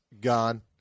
gone